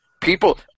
people